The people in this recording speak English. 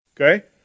Okay